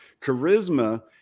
Charisma